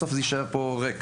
בסוף זה יישאר פה ריק.